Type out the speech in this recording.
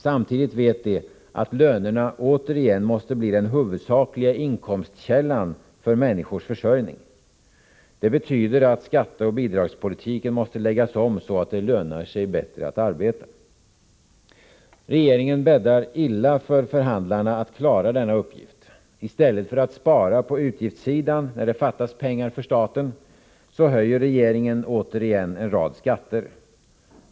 Samtidigt vet de att lönerna återigen måste bli den huvudsakliga inkomstkällan för människors försörjning. Det betyder att skatteoch bidragspolitiken måste läggas om så att det lönar sig bättre att arbeta. Regeringen bäddar illa för förhandlarna att klara denna uppgift. I stället för att spara på utgiftssidan, när det fattas pengar för staten, höjer regeringen återigen en rad skatter.